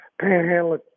Panhandle